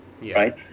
right